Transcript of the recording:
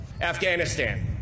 Afghanistan